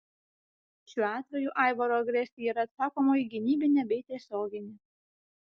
šiuo atveju aivaro agresija yra atsakomoji gynybinė bei tiesioginė